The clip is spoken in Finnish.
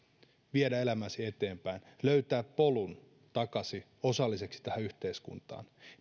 viedä elämääsi eteenpäin ja löytää polun takaisin osalliseksi tähän yhteiskuntaan